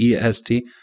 EST